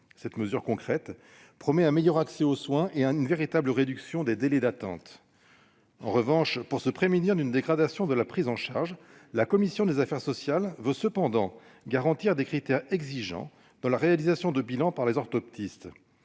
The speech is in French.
Cette mesure concrète offre un meilleur accès aux soins et une véritable réduction des délais d'attente. En revanche, pour se prémunir d'une dégradation de la prise en charge des patients, la commission des affaires sociales souhaite garantir des « critères exigeants » dans la réalisation des bilans par les orthoptistes.